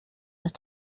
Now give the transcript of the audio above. have